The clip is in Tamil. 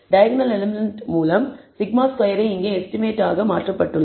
டைகோனால் எலிமெண்ட் மூலம் σ2 இங்கே எஸ்டிமேட் ஆக மாற்றப்பட்டது